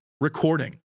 recording